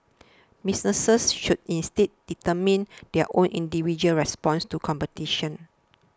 businesses should instead determine their own individual responses to competition